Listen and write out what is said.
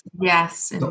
Yes